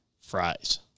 fries